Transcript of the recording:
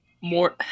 more